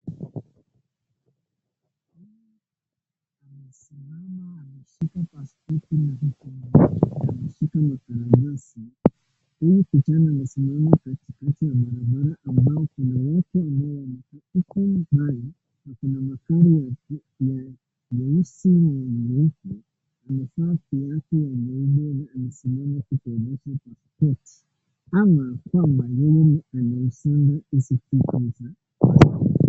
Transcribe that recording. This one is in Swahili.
Mhm. Mhm. Amesimama. Amesuka pasuti na nywele. Amesuka matawi na nazi. Huyu kijana amesimama katikati ya barabara. Ameweka mikono yote na amesimama kama gari. Kuna magari ya nyeusi na nyeupe. Amesaa kiatu yake ya nyuma. Amesimama kinyume na sports. Ama kwamba yeye ni amesahau isipokuwa kwanza.